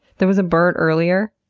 there was a bird earlier.